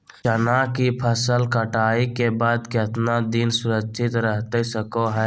चना की फसल कटाई के बाद कितना दिन सुरक्षित रहतई सको हय?